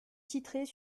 titrait